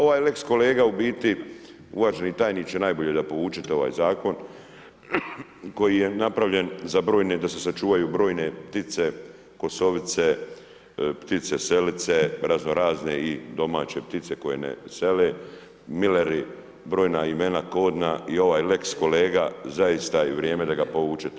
Ovaj lex-Kolega u biti, uvaženi tajniče, najbolje da povučete ovaj Zakon koji je napravljen za brojne da se sačuvaju brojne ptice kosovice, ptice selice, raznorazne i domaće ptice koje ne sele, Mileri, brojna imena kodna i ovaj lex-Kolega zaista je vrijeme da ga povučete.